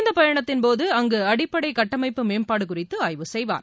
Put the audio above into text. இந்தப் பயணத்தின் போது அங்கு அடிப்படை கட்டமைப்பு மேம்பாடு குறித்து ஆய்வு செய்வார்